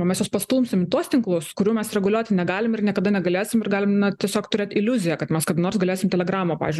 mes juos pastumsim į tuos tinklus kurių mes reguliuoti negalim ir niekada negalėsim ir galim na tiesiog turėt iliuziją kad mes kada nors galėsim telegramą pavyzdžiui